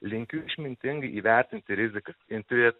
linkiu išmintingai įvertinti rizikas intues